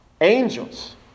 angels